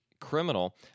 criminal